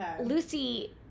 lucy